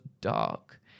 dark